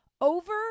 over